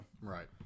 right